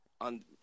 on